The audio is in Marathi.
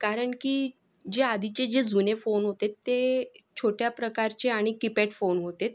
कारण की जे आधीचे जे जुने फोन होते ते छोट्या प्रकारचे आणि कीपेट फोन होते